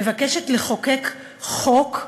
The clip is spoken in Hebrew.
מבקשת לחוקק חוק,